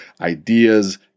ideas